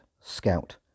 Scout